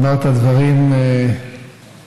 אמרת דברים נכונים.